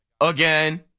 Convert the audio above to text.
Again